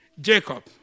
Jacob